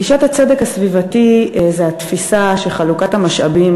גישת הצדק הסביבתי זו התפיסה שחלוקת המשאבים,